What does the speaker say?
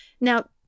Now